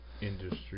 Industry